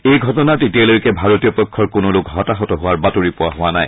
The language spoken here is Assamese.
এই ঘটনাত এতিয়ালৈকে ভাৰতীয় পক্ষৰ কোনো লোক হতাহত হোৱাৰ বাতৰি পোৱা হোৱা নাই